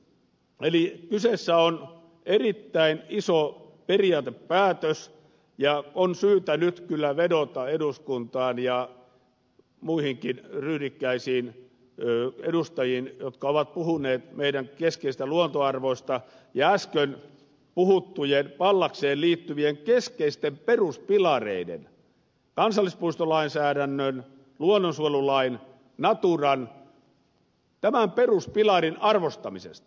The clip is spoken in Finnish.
eli kyseessä on erittäin iso periaatepäätös ja on syytä nyt kyllä vedota eduskuntaan ja mui hinkin ryhdikkäisiin edustajiin jotka ovat puhuneet meidän keskeisistä luontoarvoistamme ja äsken puhuttujen pallakseen liittyvien keskeisten peruspilareiden kansallispuistolainsäädännön luonnonsuojelulain naturan näiden peruspilarien arvostamisesta